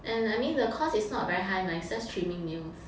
and I mean the cost is not very high lah it's just trimming nails